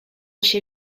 się